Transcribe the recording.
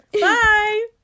Bye